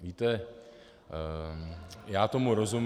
Víte, já tomu rozumím...